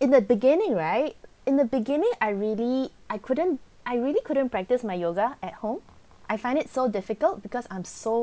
in the beginning right in the beginning I really I couldn't I really couldn't practice my yoga at home I find it so difficult because I'm so